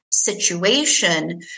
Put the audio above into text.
situation